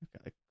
Okay